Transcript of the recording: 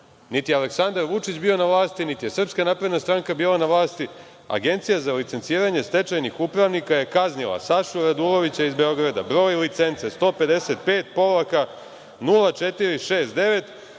niti je Aleksandar Vučić bio na vlasti, niti je Srpska napredna stranka bila na vlasti, Agencija za licenciranje stečajnih upravnika je kaznila Sašu Radulovića iz Beograda, broj licence 155-0469,